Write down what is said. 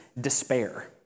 despair